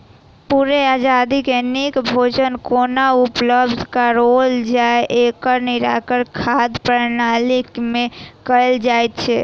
पूरे आबादी के नीक भोजन कोना उपलब्ध कराओल जाय, एकर निराकरण खाद्य प्रणाली मे कयल जाइत छै